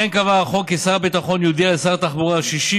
כמו כן קבע החוק כי שר הביטחון יודיע לשר התחבורה לפחות 60